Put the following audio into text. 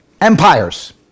empires